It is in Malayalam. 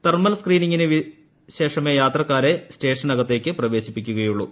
തെർമൽ സ്ക്രീനിങ്ങിനു ശേഷമേ യാത്രക്കാരെ സ്റ്റേഷന് അകത്തേക്ക് പ്രവേശിപ്പിക്കുകയുള്ളൂ